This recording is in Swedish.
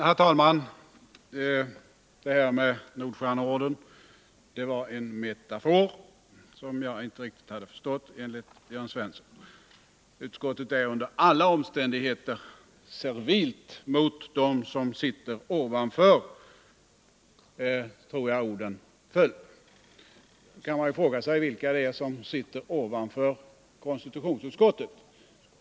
Herr talman! Det här med Nordstjärneorden var en metafor som jag inte riktigt hade förstått, enligt Jörn Svensson. Utskottet är under alla omständigheter servilt mot dem som sitter ovanför, tror jag orden föll. Man kan ju fråga sig vilka det är som sitter ovanför konstitutionsutskottet.